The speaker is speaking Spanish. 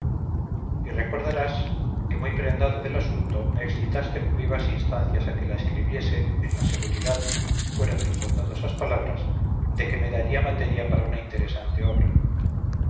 y recordarás que muy prendado del asunto me excitaste con vivas instancias a que la escribiese en la seguridad fueron tus bondadosas palabras de que me daría materia para una interesante obra